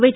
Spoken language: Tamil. ஒய்